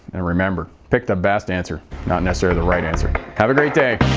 and remember, pick the best answer not necessarily the right answer. have a great day.